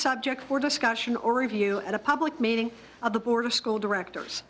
subject for discussion or review at a public meeting of the board of school director